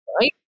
right